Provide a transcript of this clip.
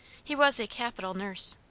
he was a capital nurse.